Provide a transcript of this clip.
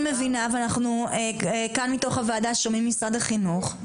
ואנחנו כאן מתוך הוועדה שומעים ממשרד החינוך,